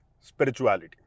spirituality